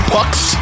Bucks